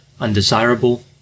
undesirable